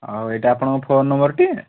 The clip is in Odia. ହଉ ଏଇଟା ଆପଣଙ୍କ ଫୋନ୍ ନମ୍ବର୍ ଟି